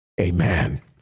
Amen